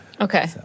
Okay